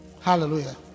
Hallelujah